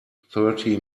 thirty